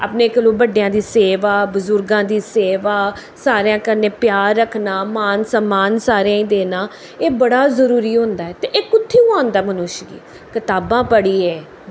अपने कोला दा बड्डेआं दी सेवा बजुर्गां दी सेवा सारेआं कन्नै प्यार रक्खना मान सम्मान सारेआं गी देना ओह् बड़ा जरूरी होंदा ऐ ते एह् कुत्थु आंदा ऐ मनुष्य गी कताबां पढ़ियै